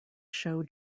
show